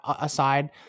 aside